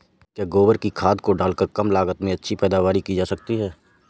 क्या गोबर की खाद को डालकर कम लागत में अच्छी पैदावारी की जा सकती है?